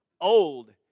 Old